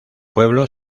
pueblo